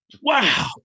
wow